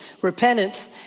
repentance